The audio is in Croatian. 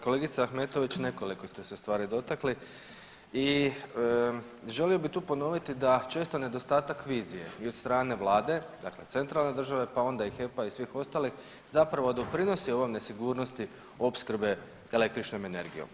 Kolegice Ahmetović, nekoliko ste se stvari dotakli i želio bi tu ponoviti da često nedostatak vizije i od strane vlade, dakle centralne države, pa onda i HEP-a i svih ostalih zapravo doprinosi ovoj nesigurnosti opskrbe električnom energijom.